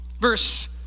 Verse